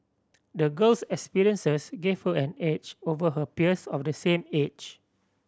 the girl's experiences gave her an edge over her peers of the same age